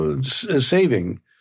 saving